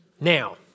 Now